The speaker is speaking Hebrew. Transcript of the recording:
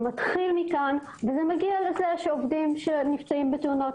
זה מתחיל מכאן ומגיע לזה שעובדים שנמצאים בתאונות